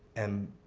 and,